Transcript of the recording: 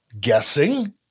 guessing